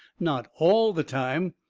not all the time,